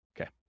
okay